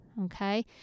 Okay